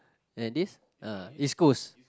and this ah East Coast